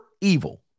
evil